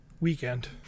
Weekend